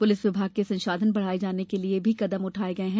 police विभाग के संसाधन बढ़ाये जाने के लिये भी कदम उठाये जा रहे हैं